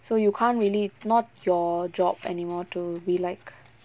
so you can't really it's not your job anymore to be like